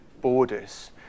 borders